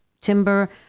timber